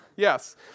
Yes